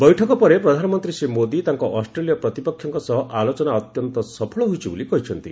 ବୈଠକ ପରେ ପ୍ରଧାନମନ୍ତ୍ରୀ ଶ୍ରୀ ମୋଦୀ ତାଙ୍କ ଅଷ୍ଟ୍ରେଲିୟ ପ୍ରତିପକ୍ଷଙ୍କ ସହ ଆଲୋଚନା ଅତ୍ୟନ୍ତ ସଫଳ ହୋଇଛି ବୋଲି କହିଛନ୍ତି